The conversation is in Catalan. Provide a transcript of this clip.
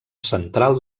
central